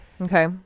okay